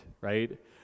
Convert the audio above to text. right